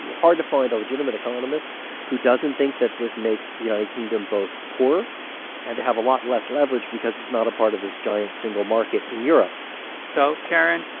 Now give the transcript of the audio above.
hard to find a legitimate economist who doesn't think that this makes the united kingdom both poor and have a lot less leverage because it's not a part of this giant single market in europe so, karen,